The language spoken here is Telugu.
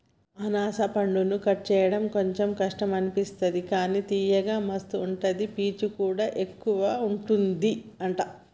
అనాస పండును కట్ చేయడం కొంచెం కష్టం అనిపిస్తది కానీ తియ్యగా మస్తు ఉంటది పీచు కూడా ఎక్కువుంటది అంట